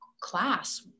class